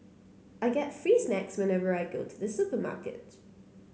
I get free snacks whenever I go to the supermarket